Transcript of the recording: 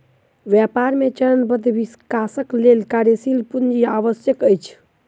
व्यापार मे चरणबद्ध विकासक लेल कार्यशील पूंजी आवश्यक अछि